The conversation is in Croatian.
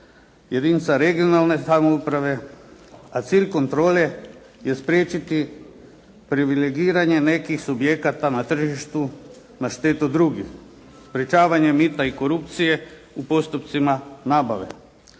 jedinica regionalne samouprave. A cilj kontrole je spriječiti privilegiranje nekih subjekata na tržištu na štetu drugih, sprječavanje mita i korupcije u postupcima nabave,